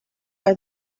are